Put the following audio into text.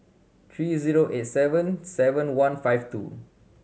three zero eight seven seven one five two